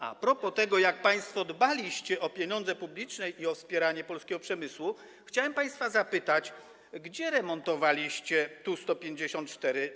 A propos tego, jak państwo dbaliście o pieniądze publiczne i o wspieranie polskiego przemysłu, chciałem państwa zapytać, gdzie remontowaliście Tu-154.